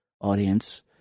audience